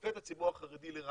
שמפלה את הציבור החרדי לרעה,